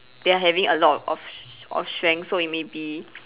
they are having a lot of of strength so it may be